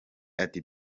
ati